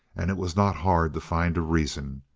and it was not hard to find a reason.